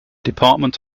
department